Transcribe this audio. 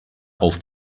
auf